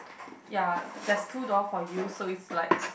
ya there's two door for you so is like